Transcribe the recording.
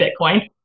Bitcoin